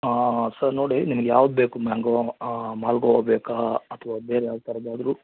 ಹಾಂ ಸರ್ ನೋಡಿ ನಿಮ್ಗೆ ಯಾವ್ದು ಬೇಕು ಮ್ಯಾಂಗೋ ಮಾಲ್ಗೊವಾ ಬೇಕಾ ಅಥವಾ ಬೇರೆ ಯಾವ ಥರದ್ದಾದರೂ